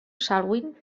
salween